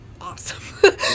awesome